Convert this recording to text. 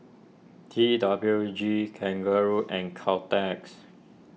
T W G Kangaroo and Caltex